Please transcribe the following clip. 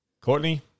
Courtney